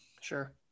Sure